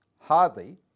Hardly